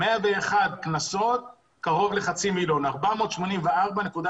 101 קנסות, קרוב לחצי מיליון, 484,900,